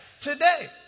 Today